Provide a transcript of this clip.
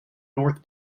north